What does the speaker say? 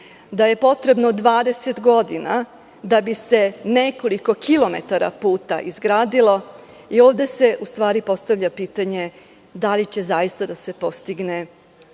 da je potrebno 20 godina da bi se nekoliko kilometara puta izgradilo, ovde se u stvari postavlja pitanje – da li će zaista da se postigne